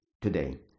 today